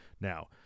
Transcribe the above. Now